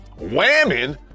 Whamming